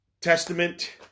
Testament